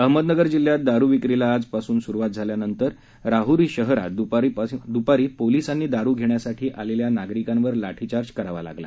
अहमदनगर जिल्ह्यात दारू विक्रीला आज पासून सुरुवात झाल्यानंतर राहरी शहरात दुपारी पोलिसांना दारू घेण्यासाठी आलेल्या नागरिकांवर लाठीचार्ज करावा लागला